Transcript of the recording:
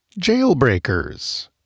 Jailbreakers